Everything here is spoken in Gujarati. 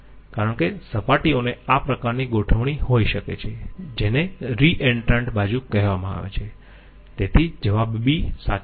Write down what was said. કારણ કે સપાટીઓને આ પ્રકારની ગોઠવણી હોઈ શકે છે જેને રી એન્ટ્રાન્ટ બાજુ કહેવામાં આવે છે તેથી જવાબ b સાચો છે